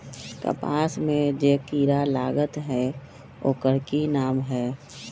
कपास में जे किरा लागत है ओकर कि नाम है?